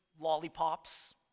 lollipops